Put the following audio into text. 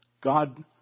God